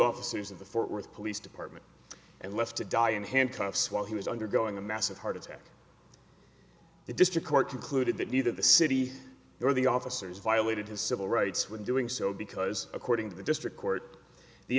officers of the fort worth police department and left to die in handcuffs while he was undergoing a massive heart attack the district court concluded that neither the city or the officers violated his civil rights when doing so because according to the district court the